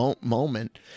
moment